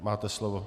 Máte slovo.